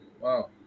wow